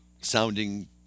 sounding